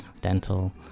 dental